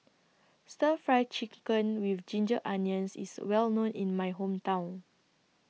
Stir Fry Chicken with Ginger Onions IS Well known in My Hometown